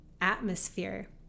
atmosphere